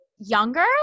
Younger